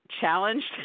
challenged